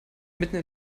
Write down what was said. mitten